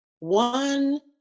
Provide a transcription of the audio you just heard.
One